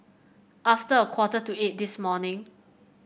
after a quarter to eight this morning